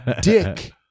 Dick-